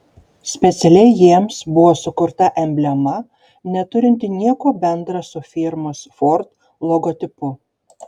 specialiai jiems buvo sukurta emblema neturinti nieko bendra su firmos ford logotipu